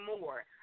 more